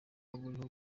buriho